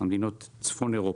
מדינות צפון אירופה.